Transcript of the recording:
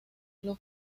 los